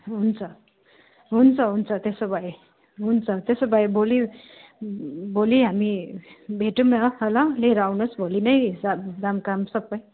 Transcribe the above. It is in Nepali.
हुन्छ हुन्छ हुन्छ त्यसो भए हुन्छ त्यसो भए भोलि भोलि हामी भेटौँ न ल लिएर आउनुहोस् भोलि नै हिसाब दाम काम सबै